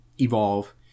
evolve